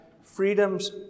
freedom's